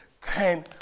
Ten